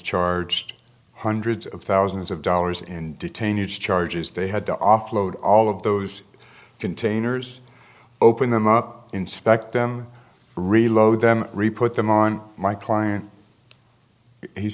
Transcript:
charged hundreds of thousands of dollars in detainees charges they had to offload all of those containers open them up inspect them reload them report them on my client he